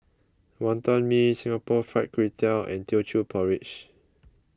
Wonton Mee Singapore Fried Kway Tiao and Teochew Porridge